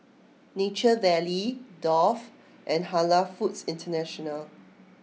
Nature Valley Dove and Halal Foods International